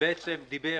שדיבר